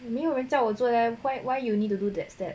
没有人叫我做 leh why why you need to do that step